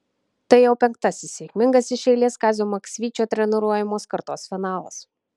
tai jau penktasis sėkmingas iš eilės kazio maksvyčio treniruojamos kartos finalas